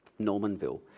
Normanville